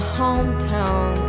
hometown